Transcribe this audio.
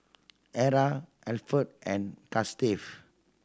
Era Alferd and Gustave